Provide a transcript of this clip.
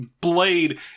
blade